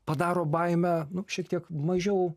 padaro baimę nu šiek tiek mažiau